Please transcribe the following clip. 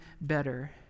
better